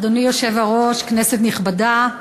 אדוני היושב-ראש, כנסת נכבדה,